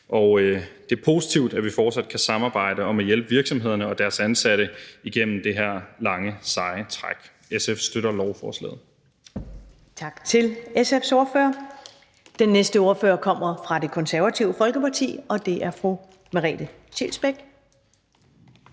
og det er positivt, at vi fortsat kan samarbejde om at hjælpe virksomhederne og deres ansatte igennem det her lange seje træk. SF støtter lovforslaget.